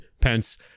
Pence